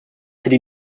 три